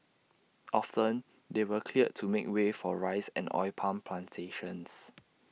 often they were cleared to make way for rice and oil palm Plantations